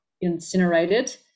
incinerated